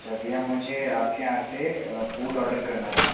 अच्छा भैया मुझे आपके यहाँ से फूड ऑर्डर करना था